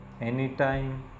anytime